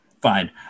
Fine